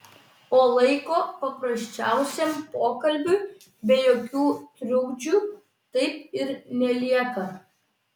o laiko paprasčiausiam pokalbiui be jokių trukdžių taip ir nelieka